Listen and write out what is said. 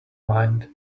mind